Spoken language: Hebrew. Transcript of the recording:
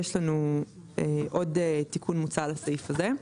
יש לנו עוד תיקון מוצע לסעיף הזה.